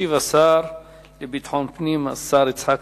ישיב השר לביטחון פנים, השר יצחק